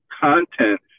content